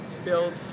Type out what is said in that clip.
build